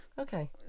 Okay